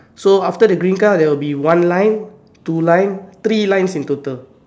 so after the green car there will be one line two line three lines in total